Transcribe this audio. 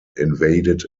invaded